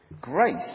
Grace